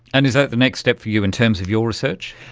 and is that the next step for you in terms of your research?